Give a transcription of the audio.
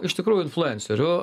iš tikrųjų influenceriu